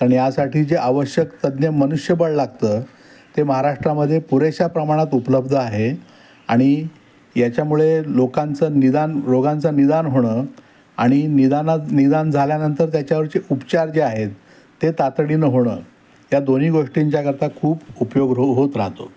आणि यासाठी जे आवश्यक तज्ज्ञ मनुष्यबळ लागतं ते महाराष्ट्रामध्ये पुरेशा प्रमाणात उपलब्ध आहे आणि याच्यामुळे लोकांचं निदान रोगांचं निदान होणं आणि निदानात निदान झाल्यानंतर त्याच्यावरचे उपचार जे आहेत ते तातडीनं होणं या दोन्ही गोष्टींच्याकरता खूप उपयोग हो होत राहतो